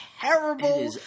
terrible